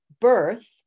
birth